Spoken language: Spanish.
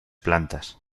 plantas